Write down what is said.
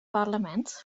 parlement